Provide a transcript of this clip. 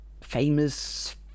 famous